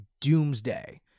Doomsday